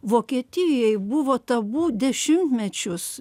vokietijoj buvo tabu dešimtmečius